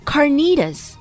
Carnitas